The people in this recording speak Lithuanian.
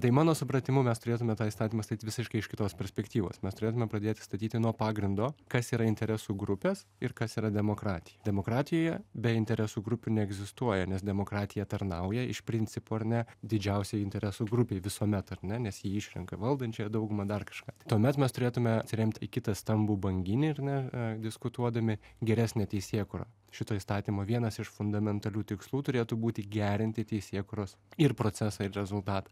tai mano supratimu mes turėtume tą įstatymą statyt visiškai iš kitos perspektyvos mes turėtume pradėti statyti nuo pagrindo kas yra interesų grupės ir kas yra demokratija demokratijoje be interesų grupių neegzistuoja nes demokratija tarnauja iš principo ar ne didžiausiai interesų grupei visuomet ar ne nes ji išrenka valdančiąją daugumą dar kažką tuomet mes turėtume atsiremti į kitą stambų banginį ar ne diskutuodami geresnę teisėkūrą šito įstatymo vienas iš fundamentalių tikslų turėtų būti gerinti teisėkūros ir procesą ir rezultatą